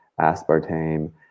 aspartame